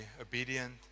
obedient